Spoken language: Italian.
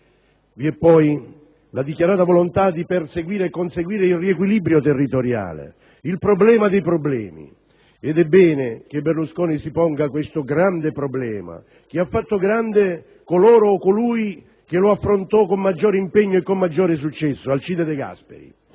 Vi è poi la dichiarata volontà di perseguire e conseguire il riequilibrio territoriale, il problema dei problemi. È bene che il presidente Berlusconi si ponga questo grande problema che ha fatto grande colui che lo affrontò con maggiore impegno e successo, Alcide De Gasperi.